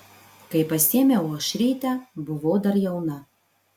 kai pasiėmiau aušrytę buvau dar jauna